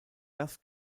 das